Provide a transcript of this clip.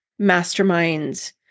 masterminds